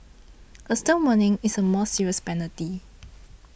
a stern warning is a more serious penalty